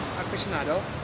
aficionado